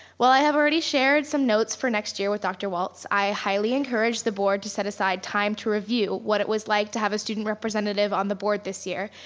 while i have already shared some notes for next year with dr. walt, i highly encourage the board to set aside time to review what it was like to have a student representative on the board this year.